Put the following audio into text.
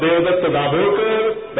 Devdatt Dabholkar Dr